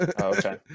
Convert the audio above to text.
Okay